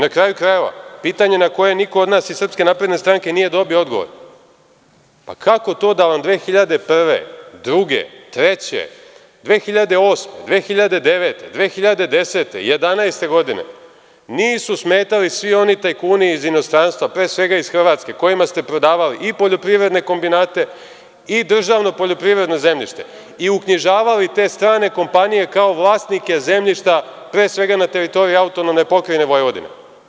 Na kraju krajeva, pitanje na koje niko od nas iz SNS nije dobio odgovor – kako to da vam 2001, 2002, 2003, 2008, 2009, 2010. i 2011. godine nisu smetali svi oni tajkuni iz inostranstva, pre svega iz Hrvatske, kojima ste prodavali i poljoprivredne kombinate, i državno poljoprivredno zemljište i uknjižavali te strane kompanije kao vlasnike zemljišta pre svega na teritoriji AP Vojvodine?